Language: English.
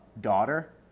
daughter